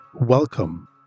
Welcome